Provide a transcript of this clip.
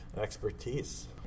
expertise